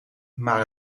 maar